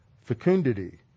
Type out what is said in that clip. fecundity